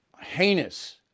heinous